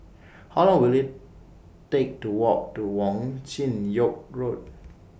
How Long Will IT Take to Walk to Wong Chin Yoke Road